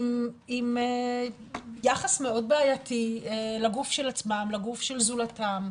עם יחס מאוד בעייתי לגוף של עצמם, לגוף של זולתם,